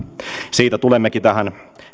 siitä tulemmekin tähän